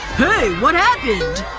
hey, what happened?